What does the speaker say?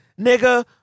nigga